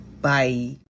Bye